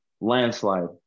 Landslide